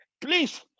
Please